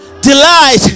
delight